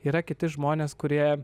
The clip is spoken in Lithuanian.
yra kiti žmonės kurie